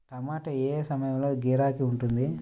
టమాటా ఏ ఏ సమయంలో గిరాకీ ఉంటుంది?